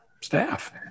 staff